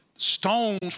Stones